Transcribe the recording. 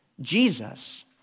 Jesus